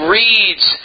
reads